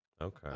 Okay